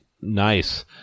Nice